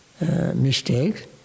mistake